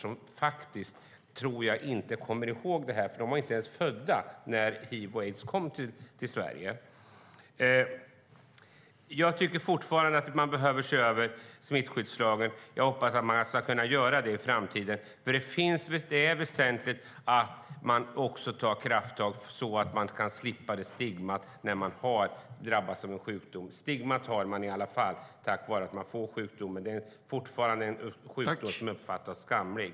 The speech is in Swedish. De kommer, tror jag, faktiskt inte ihåg det här, för de var inte ens födda när hiv och aids kom till Sverige. Jag tycker fortfarande att vi behöver se över smittskyddslagen, och jag hoppas att vi ska kunna göra det i framtiden. Det är väsentligt att ta krafttag så att man kan slippa sitt stigma när man har drabbats av en sjukdom. Stigmat har man i alla fall genom att man har drabbats av sjukdomen. Det är fortfarande en sjukdom som uppfattas som skamlig.